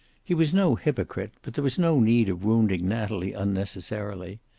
he was no hypocrite, but there was no need of wounding natalie unnecessarily.